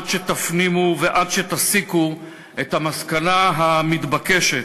עד שתפנימו ועד שתסיקו את המסקנה המתבקשת,